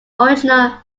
original